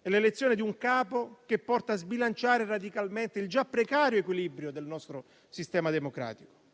È l'elezione di un capo che porta a sbilanciare radicalmente il già precario equilibrio del nostro sistema democratico.